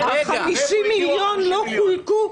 50 מיליון לא חולקו.